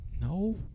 no